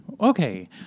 Okay